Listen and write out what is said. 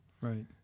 Right